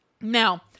Now